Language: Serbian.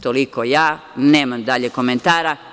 Toliko, nemam dalje komentare.